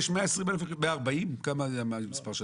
140,000 מה המספר שנתתם,